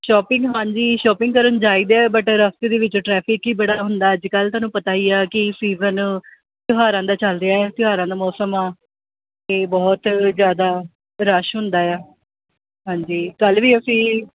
shopping ਹਾਂਜੀ shopping ਕਰਨ ਜਾਈਦੇ ਆ ਬਟ ਰਸਤੇ ਦੇ ਵਿੱਚ ਟਰੈਫਿਕ ਹੀ ਬੜਾ ਹੁੰਦਾ ਅੱਜ ਕੱਲ੍ਹ ਤੁਹਾਨੂੰ ਪਤਾ ਹੀ ਆ ਕਿ ਸੀਜ਼ਨ ਤਿਉਹਾਰਾਂ ਦਾ ਚੱਲ ਰਿਹਾ ਤਿਉਹਾਰਾਂ ਦਾ ਮੌਸਮ ਅਤੇ ਬਹੁਤ ਜ਼ਿਆਦਾ ਰਸ਼ ਹੁੰਦਾ ਆ ਹਾਂਜੀ ਕੱਲ੍ਹ ਵੀ ਅਸੀਂ